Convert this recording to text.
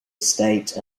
estate